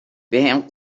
بهم